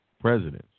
presidents